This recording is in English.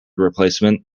replacement